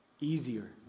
easier